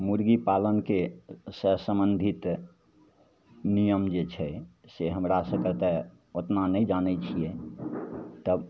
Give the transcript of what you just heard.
मुरगीपालनके उससे सम्बन्धित नियम जे छै से हमरा सभकेँ तऽ ओतना नहि जानै छिए तब